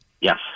Yes